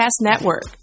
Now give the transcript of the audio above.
Network